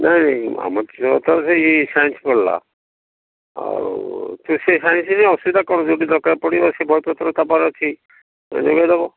ନାହିଁ ନାହିଁ ଆମର ଝିଅ ତ ସାଇନ୍ସ ପଢ଼ିଲା ଆଉ ସିଏ ସାଇନ୍ସରେ ଅସୁବିଧା କ'ଣ ଯଦି ଦରକାର ପଡ଼ିବ ସେ ବହୁତ ପ୍ରକାର ଅଛି ଯୋଗାଇ ଦେବ